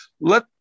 let